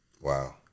Wow